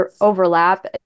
overlap